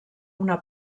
una